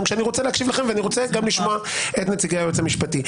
כשאני רוצה להקשיב לכם ואני רוצה גם לשמוע את נציגי היועץ המשפטי.